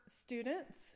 students